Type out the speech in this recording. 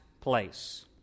place